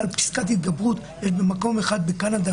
פסיקת התגברות יש במקום אחד בקנדה,